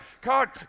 God